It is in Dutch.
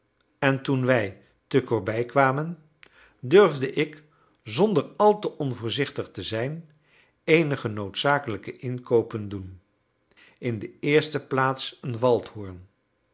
en toen wij te corbeil kwamen durfde ik zonder al te onvoorzichtig te zijn eenige noodzakelijke inkoopen doen in de eerste plaats een